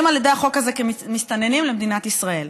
על ידי החוק הזה כמסתננים למדינת ישראל.